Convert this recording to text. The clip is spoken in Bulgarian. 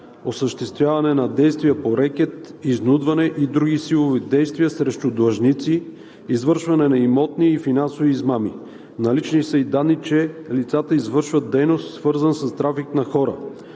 осъществяване на действия по рекет, изнудване и други силови действия срещу длъжници, извършване на имотни и финансови измами. Налични са и данни, че лицата извършват дейност, свързана с трафик на хора.